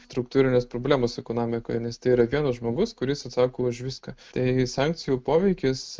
struktūrines problemas ekonomikoje nes tai yra vienas žmogus kuris atsako už viską taigi sankcijų poveikis